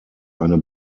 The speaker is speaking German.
eine